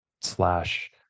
slash